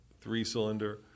three-cylinder